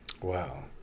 Wow